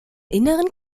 inneren